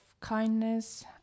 kindness